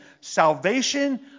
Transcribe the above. salvation